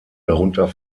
darunter